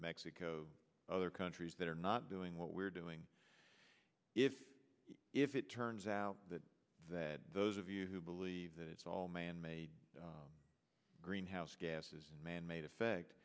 mexico other countries that are not doing what we're doing if if it turns out that those of you who believe that it's all manmade green house gases manmade effect